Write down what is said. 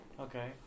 Okay